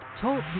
Talk